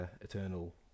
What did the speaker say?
Eternal